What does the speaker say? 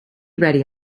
ready